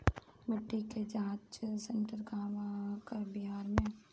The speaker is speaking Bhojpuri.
मिटी के जाच सेन्टर कहवा बा बिहार में?